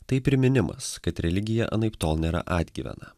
tai priminimas kad religija anaiptol nėra atgyvena